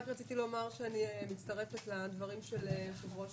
רציתי לומר שאני מצטרפת לדברים של יושב-ראש